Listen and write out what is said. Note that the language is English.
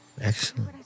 excellent